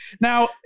Now